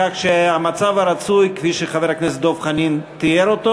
כך שהמצב הרצוי הוא כפי שחבר הכנסת דב חנין תיאר אותו.